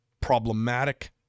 problematic